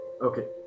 Okay